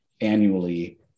annually